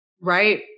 Right